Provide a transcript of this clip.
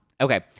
Okay